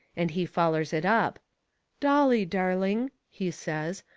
and he follers it up dolly, darling, he says,